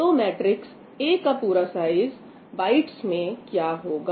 तो matrix A का पूरा साइज बाइट्स में क्या होगा